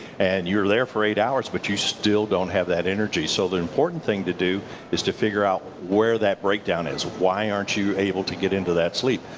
and you're there for eight hours, but you still don't have that energy. so the important thing to do is to figure out where that breakdown is. why aren't you able to get into that sleep?